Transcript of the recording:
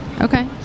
Okay